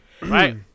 Right